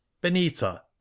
benita